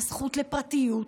הזכות לפרטיות,